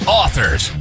authors